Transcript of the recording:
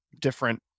different